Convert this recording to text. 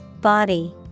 Body